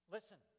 Listen